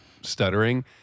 stuttering